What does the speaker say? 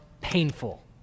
painful